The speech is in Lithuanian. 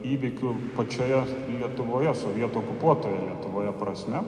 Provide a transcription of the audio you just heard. įvykių pačioje lietuvoje sovietų okupuotoje lietuvoje prasme